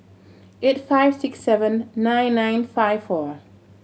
eight five six seven nine nine five four